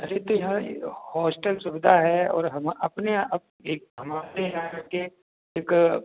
अरे तो यहाँ हॉस्टल सुविधा है और हम अपने एक हमारे यहाँ के एक